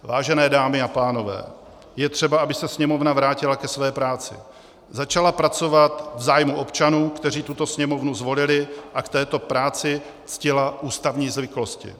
Vážené dámy a pánové, je třeba, aby se Sněmovna vrátila ke své práci, začala pracovat v zájmu občanů, kteří tuto Sněmovnu zvolili, a k této práci ctila ústavní zvyklosti.